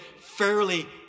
fairly